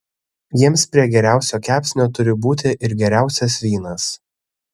jiems prie geriausio kepsnio turi būti ir geriausias vynas